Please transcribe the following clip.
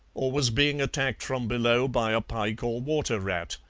or was being attacked from below by a pike or water-rat.